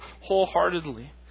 wholeheartedly